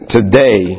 Today